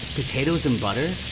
potatoes and butter.